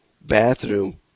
bathroom